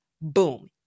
Boom